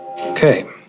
Okay